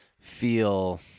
feel